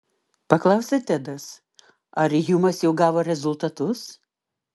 paklausė tedas ar hjumas jau gavo rezultatus